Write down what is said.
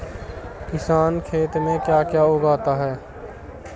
किसान खेत में क्या क्या उगाता है?